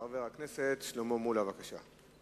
חבר הכנסת שלמה מולה, בבקשה.